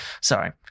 Sorry